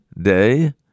Day